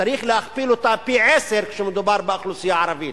צריך להכפיל אותה פי-עשרה כשמדובר באוכלוסייה הערבית,